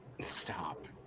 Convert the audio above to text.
Stop